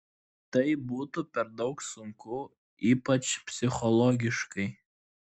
tai būtų per daug sunku ypač psichologiškai